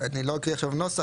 אני לא אקריא נוסח,